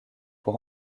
pour